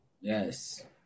yes